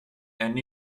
and